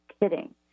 kidding